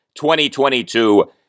2022